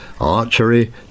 archery